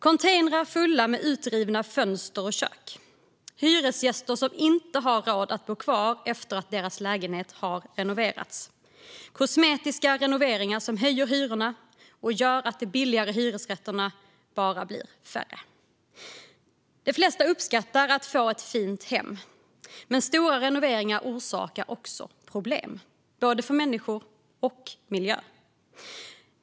Containrar fulla med utrivna fönster och kök, hyresgäster som inte har råd att bo kvar efter att deras lägenhet har renoverats, kosmetiska renoveringar som höjer hyrorna och gör att de billiga hyresrätterna bara blir färre - de flesta uppskattar att få ett fint hem, men stora renoveringar orsakar också problem för både människor och miljö.